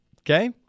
Okay